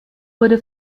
wurde